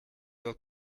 will